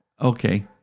Okay